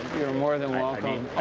more than welcome.